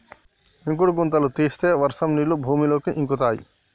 ఇంకుడు గుంతలు తీస్తే వర్షం నీళ్లు భూమిలోకి ఇంకుతయ్